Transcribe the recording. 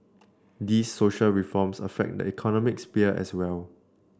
these social reforms affect the economic sphere as well